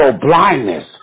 blindness